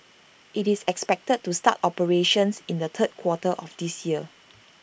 it's expected to start operations in the third quarter of this year